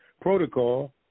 protocol